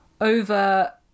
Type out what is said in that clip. over